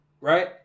right